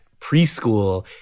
preschool